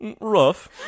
Rough